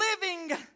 living